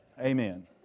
Amen